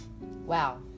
Wow